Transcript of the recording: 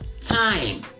time